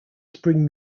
spring